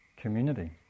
community